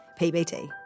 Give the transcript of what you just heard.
PBT